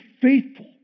faithful